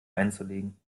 einzulegen